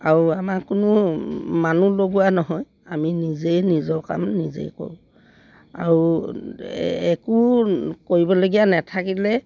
আৰু আমাৰ কোনো মানুহ লগোৱা নহয় আমি নিজেই নিজৰ কাম নিজেই কৰোঁ আৰু একো কৰিবলগীয়া নেথাকিলে